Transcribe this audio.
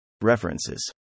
References